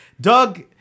Doug